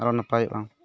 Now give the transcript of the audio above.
ᱟᱨᱚ ᱱᱟᱯᱟᱭᱚᱜᱼᱟ